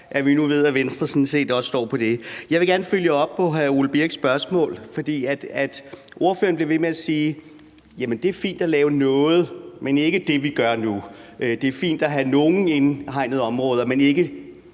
set også står på det. Jeg vil gerne følge op på hr. Ole Birk Olesens spørgsmål. Ordføreren bliver ved med at sige, at det er fint at lave noget, men ikke det, vi gør nu. Det er fint at have nogle indhegnede områder, men ikke